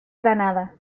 granada